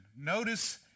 Notice